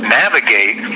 navigate